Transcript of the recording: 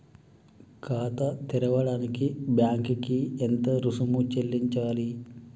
ఖాతా తెరవడానికి బ్యాంక్ కి ఎంత రుసుము చెల్లించాలి?